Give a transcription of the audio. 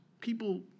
People